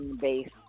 base